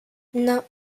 non